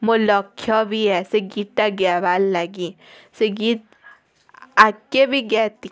ମୋର୍ ଲକ୍ଷ୍ୟ ବି ଏ ସେ ଗୀତ୍ଟା ଗାଏବାର୍ ଲାଗି ସେ ଗୀତ୍ ଆଗ୍କେ ବି ଗାଏତି